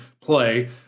play